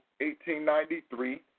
1893